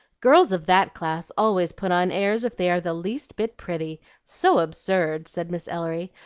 girls of that class always put on airs if they are the least bit pretty so absurd! said miss ellery,